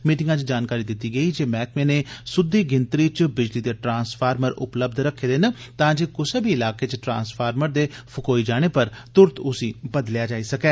मीटिंगा च जानकारी दिती गेई जे मैहकमे नै सुद्दी गिनती च बिजली दे ट्रासफार्मर उपलब्ध रखे देन तां जे कुसै बी इलाके च ट्रांसफार्मर दे फकोई जाने पर तुरत उसी बदलेया जाई सकै